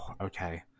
Okay